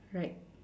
right